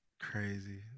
crazy